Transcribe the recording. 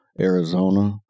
Arizona